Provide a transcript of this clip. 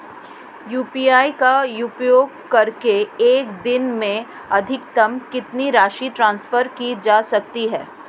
UPI का उपयोग करके एक दिन में अधिकतम कितनी राशि ट्रांसफर की जा सकती है?